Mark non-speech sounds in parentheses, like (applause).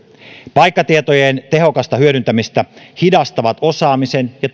paikkatietojen tehokasta hyödyntämistä hidastaa puute osaamisessa ja (unintelligible)